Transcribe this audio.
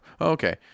Okay